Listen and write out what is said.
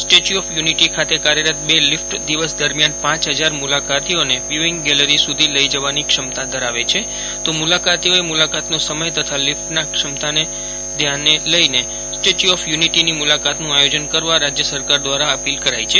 statue of Unity ખાતે કાર્યરત બે લીફટ દિવસ દરમિયાન પાંચ હજાર મુલાકાતીઓને વ્યુંવીંગ ગેલેરી સુધી લઇ જવાની ક્ષમતા ધરાવે છે તો મુલાકાતીઓએ મુલાકાતનો સમય તથા લીફટની ક્ષમતાને ધ્યાને લઇને સ્ટેચ્યૂ ઓફ યુનિટીની મુલાકાતનું આયોજન કરવા રાજય સરકાર દ્વારા અપીલ કરાઇ છે